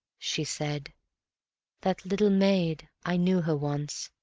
she said that little maid, i knew her once.